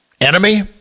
enemy